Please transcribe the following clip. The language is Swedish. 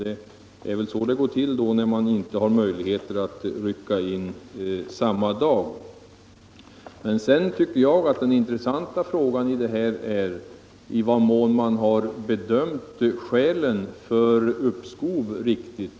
Det är väl så det går till när man inte har möjlighet att resa samma dag. Men den intressanta frågan i detta sammanhang tycker jag är i vad mån man bedömt skälen för uppskov riktigt.